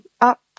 up